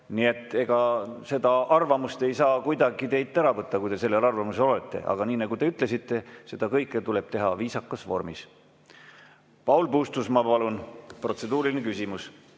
Nii et ega seda arvamust ei saa kuidagi teilt ära võtta, kui te sellel arvamusel olete. Aga nii nagu te isegi ütlesite, seda kõike tuleb teha viisakas vormis. Paul Puustusmaa, palun! Protseduuriline küsimus.